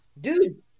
Dude